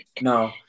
No